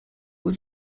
was